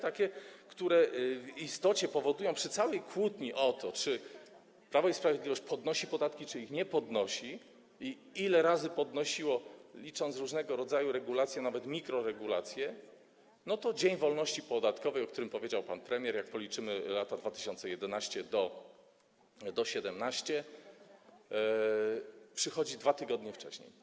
To w istocie powoduje - przy całej kłótni o to, czy Prawo i Sprawiedliwość podnosi podatki, czy ich nie podnosi i ile razy podnosiło, licząc różnego rodzaju regulacje, a nawet mikroregulacje - że dzień wolności podatkowej, o którym powiedział pan premier, jak policzymy lata od 2011 r. do 2017 r., przychodzi 2 tygodnie wcześniej.